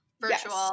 virtual